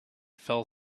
fell